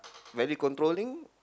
very controlling